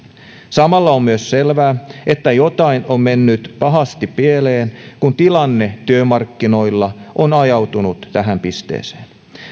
lait samalla on myös selvää että jotain on mennyt pahasti pieleen kun tilanne työmarkkinoilla on ajautunut tähän pisteeseen